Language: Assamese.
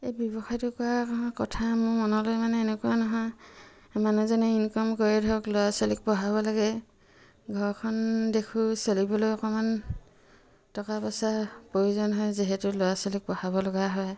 এই ব্যৱসায়টো কৰা কথা মোৰ মনলৈ মানে এনেকুৱা নহয় মানুহজনে ইনকম কৰে ধৰক ল'ৰা ছোৱালীক পঢ়াব লাগে ঘৰখন দেখোঁ চলিবলৈ অকণমান টকা পইচা প্ৰয়োজন হয় যিহেতু ল'ৰা ছোৱালীক পঢ়াব লগা হয়